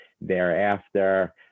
thereafter